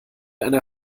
einer